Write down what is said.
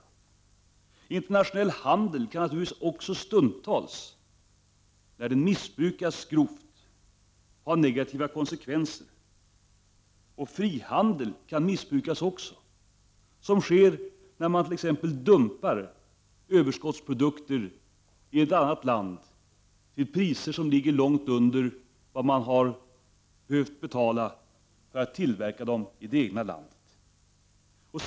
Också internationell handel kan naturligtvis stundtals, när den missbrukas grovt, ha negativa konsekvenser. Även frihandel kan missbrukas, som sker när man t.ex. dumpar överskottsprodukter i ett annat land till priser som ligger långt under vad man har behövt betala för att tillverka dem i det egna landet.